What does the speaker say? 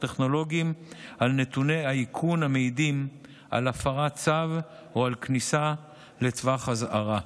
טכנולוגיים על נתוני האיכון המעידים על הפרת צו או על כניסה לטווח אזהרה.